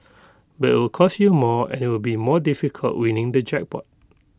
but it'll cost you more and IT will be more difficult winning the jackpot